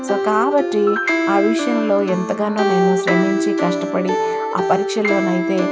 so కాబట్టి ఆ విషయంలో ఎంతగానో నేను శ్రమించి కష్టపడి ఆ పరీక్షల్లోనైతే